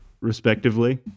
Respectively